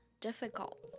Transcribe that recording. difficult